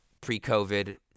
pre-COVID